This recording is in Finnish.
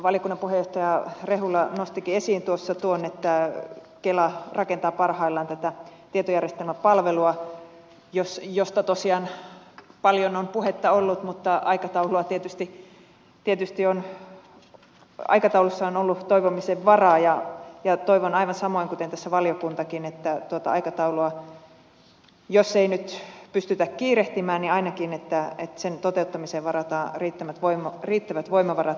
valiokunnan puheenjohtaja rehula nostikin esiin tuossa tuon että kela rakentaa parhaillaan tätä tietojärjestelmäpalvelua josta tosiaan paljon on puhetta ollut mutta aikataulussa on ollut toivomisen varaa ja toivon aivan samoin kuten tässä valiokuntakin että tuota aikataulua jos ei nyt pystytä kiirehtimään niin ainakin sen toteuttamiseen varataan riittävät voimavarat